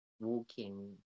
walking